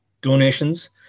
donations